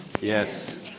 Yes